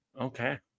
Okay